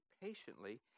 patiently